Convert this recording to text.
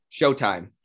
Showtime